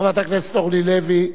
חברת הכנסת אורלי לוי.